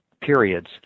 periods